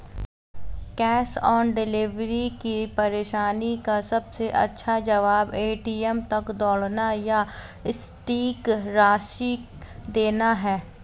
cash on delivery की परेशानी का सबसे अच्छा जवाब, ए.टी.एम तक दौड़ना या सटीक राशि देना है